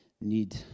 need